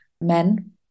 men